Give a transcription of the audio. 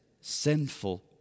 sinful